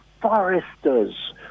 foresters